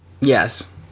Yes